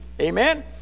amen